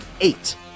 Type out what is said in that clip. eight